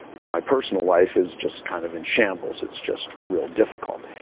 but my personal life is just kind of in shambles. it's just real difficult.